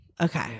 Okay